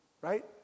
Right